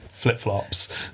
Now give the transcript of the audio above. flip-flops